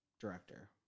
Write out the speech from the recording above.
director